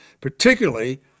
particularly